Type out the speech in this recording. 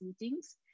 meetings